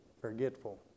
Forgetful